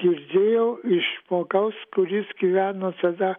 girdėjau iš žmogaus kuris gyveno tada